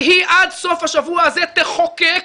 עד סוף השבוע הזה תחוקק